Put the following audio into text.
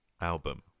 album